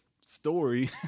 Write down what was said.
story